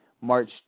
March